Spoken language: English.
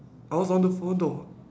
I was on the phone though